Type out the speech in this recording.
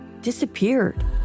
disappeared